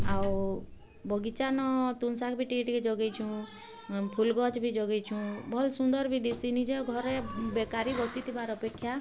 ଆଉ ବଗିଚା ନ ତୁନ୍ ଶାଗ୍ ବି ଟିକେ ଟିକେ ଜଗେଇଁଛୁ ଫୁଲ ଗଛ ବି ଜଗେଇଁଛୁ ଭଲ ସୁନ୍ଦର ବି ଦିସିନି ଜେ ଘରେ ବେକାରୀ ବସିଥିବାର୍ ଅପେକ୍ଷା